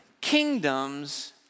kingdoms